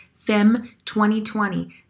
FEM2020